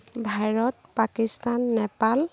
Bharat Pakistan Nepal